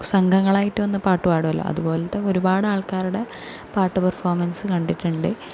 സംഘങ്ങളായിട്ട് വന്ന് പാട്ട്പാടുവല്ലൊ അതുപോലത്തെ ഒരുപാട് ആൾക്കാരുടെ പാട്ട് പെർഫോമൻസ്സ് കണ്ടിട്ടുണ്ട്